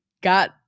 got